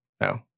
No